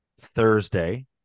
Thursday